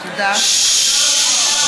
ששש.